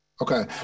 Okay